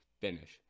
finish